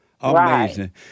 Amazing